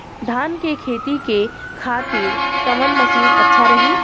धान के खेती के खातिर कवन मशीन अच्छा रही?